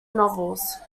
novels